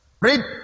Read